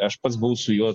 aš pats buvau su juo